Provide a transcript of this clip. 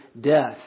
death